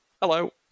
hello